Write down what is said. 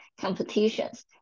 competitions